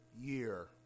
year